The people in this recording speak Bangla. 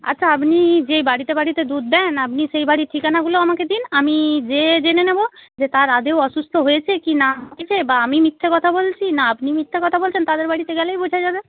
আচ্ছা আপনি যেই বাড়িতে বাড়িতে দুধ দেন আপনি সেই বাড়ির ঠিকানাগুলো আমাকে দিন আমি গিয়ে জেনে নেব যে তার আদৌ অসুস্থ হয়েছে কি না হয়েছে বা আমি মিথ্যে কথা বলছি না আপনি মিথ্যে কথা বলছেন তাদের বাড়িতে গেলেই বোঝা যাবে